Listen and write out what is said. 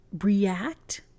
react